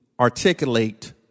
articulate